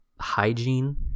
Hygiene